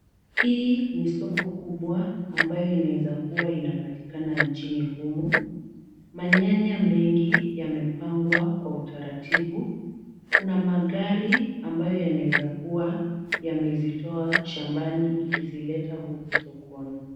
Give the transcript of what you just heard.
Hii ni soko kubwa ambayo inaweza kuwa inapatikana nchini humu. Manyanya mengi yamepangwa kwa utaratibu, kuna magari ambayo yanaweza kuwa yamezitoa shambani ikizileta huku sokoni.